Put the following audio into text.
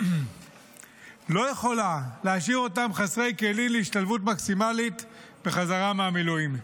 לא יכולה להשאיר אותם חסרי כלים להשתלבות מקסימלית בחזרה מהמילואים.